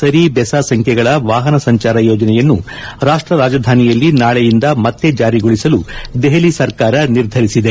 ಸರಿ ಬೆಸ ಸಂಖ್ವೆಗಳ ವಾಹನ ಸಂಚಾರ ಯೋಜನೆಯನ್ನು ರಾಷ್ಷ ರಾಜಧಾನಿಯಲ್ಲಿ ನಾಳೆಯಿಂದ ಮತ್ತೆ ಜಾರಿಗೊಳಿಸಲು ದೆಹಲಿ ಸರ್ಕಾರ ನಿರ್ಧರಿಸಿದೆ